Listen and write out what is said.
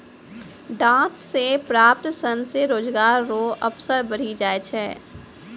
डांट से प्राप्त सन से रोजगार रो अवसर बढ़ी जाय छै